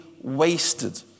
wasted